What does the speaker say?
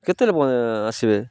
କେତେବେଳେ ଆସିବେ